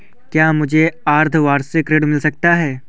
क्या मुझे अर्धवार्षिक ऋण मिल सकता है?